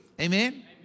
Amen